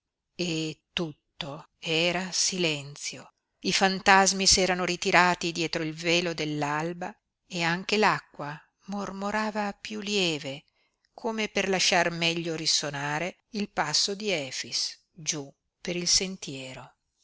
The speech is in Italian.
e tutto era silenzio i fantasmi s'erano ritirati dietro il velo dell'alba e anche l'acqua mormorava piú lieve come per lasciar meglio risonare il passo di efix giú per il sentiero